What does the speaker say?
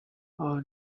all